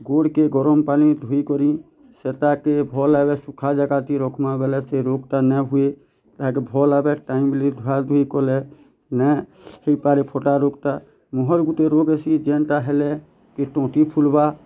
ଗୁଡ଼ କେ ଗରମ୍ ପାନି ଧୁଇକରି ସେଇଟା କେ ଭଲ୍ ଭାବେ ଶୁଖା ଯାକାତି ରଖମା ବେଲେ ସେ ରୁଗ ଟା ନାଇଁ ହୁଏ ତାକୁ ଭଲ୍ ଭାବେ ଟାଇମଲି ଧୁଆ ଧୁଇ କଲେ ନା ହେଇ ପାରେ ଫଟା ରୋଗ ଟା ମୁହଁ ରେ ଗୁଟେ ରୁଗ ଅଛି ଯେନ୍ତା ହେଲେ କି ତଣ୍ଟି ଫୁଲବା